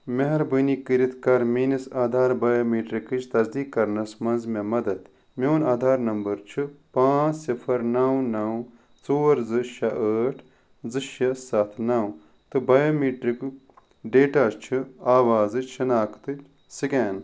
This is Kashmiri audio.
مہربٲنی کٔرتھ کر میٲنس آدھار بایومیٹرکٕچ تصدیٖق کرنس منٛز مےٚ مدد میون آدھار نمبر چھ پانژھ صفر نو نو ژور زٕ شےٚ ٲٹھ زٕ شےٚ ستھ نو تہٕ بائیومیٹرکُک ڈیٹا چھ آوازچ شناختک سکین